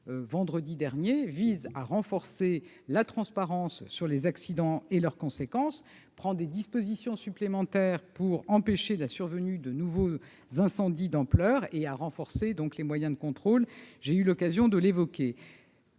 vendredi dernier, vise à renforcer la transparence sur les accidents et leurs conséquences, à prendre des dispositions supplémentaires pour empêcher la survenue de nouveaux incendies d'ampleur et à accroître les moyens de contrôle- j'ai eu l'occasion d'évoquer